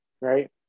right